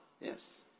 Yes